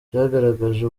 byagaragaje